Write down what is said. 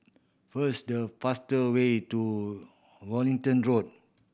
first the faster way to Wellington Road